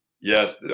Yes